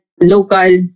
local